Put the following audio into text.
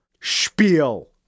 spiel